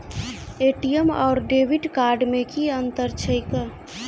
ATM आओर debit card मे की अंतर छैक?